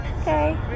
Okay